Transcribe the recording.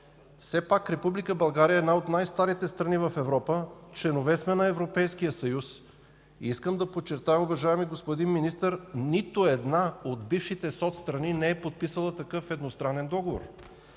Все пак Република България е една от най-старите страни в Европа, членове сме на Европейския съюз. Искам да подчертая, уважаеми господин Министър, нито една от бившите соцстрани не е подписала такъв едностранен договор.